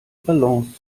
balance